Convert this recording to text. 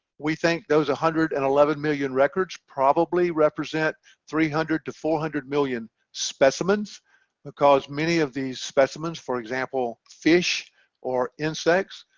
we think those one hundred and eleven million records probably represent three hundred to four hundred million specimens because many of these specimens for example fish or insects,